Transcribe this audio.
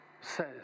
says